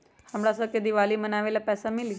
हमरा शव के दिवाली मनावेला पैसा मिली?